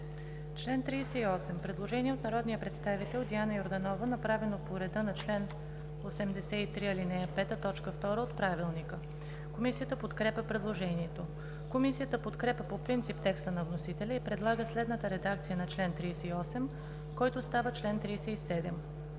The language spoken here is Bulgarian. чл. 13 – предложение от народния представител Диана Йорданова, направено по реда на чл. 83, ал. 5, т. 2 от Правилника. Комисията подкрепя предложението. Комисията подкрепя по принцип текста на вносителя и предлага следната редакция на чл. 13: „Чл. 13.